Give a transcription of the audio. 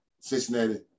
Cincinnati